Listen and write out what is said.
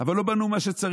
אבל לא בנו מה שצריך